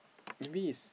maybe is